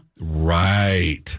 Right